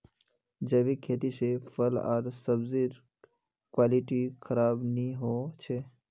जैविक खेती से फल आर सब्जिर क्वालिटी खराब नहीं हो छे